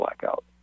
blackout